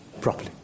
properly